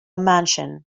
mansion